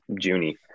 Junie